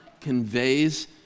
conveys